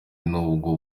n’ubwo